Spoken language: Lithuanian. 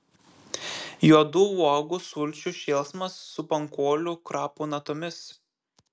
juodų uogų sulčių šėlsmas su pankolių krapų natomis